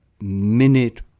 minute